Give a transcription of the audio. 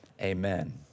amen